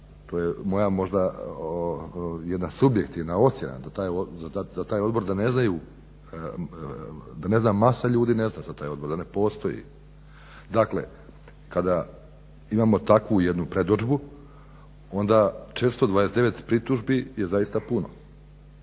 to je moja možda jedna subjektivna ocjena za taj odbor da ne zna masa ljudi da postoji. Dakle kada imamo takvu jednu predodžbu onda 429 pritužbi je zaista puno.